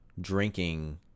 drinking